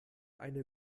eine